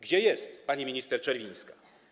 Gdzie jest pani minister Czerwińska?